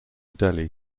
delhi